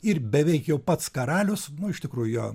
ir beveik jau pats karalius nu iš tikrųjų jo